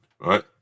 right